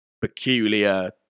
peculiar